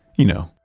you know,